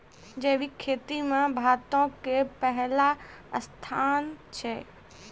जैविक खेती मे भारतो के पहिला स्थान छै